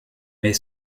mais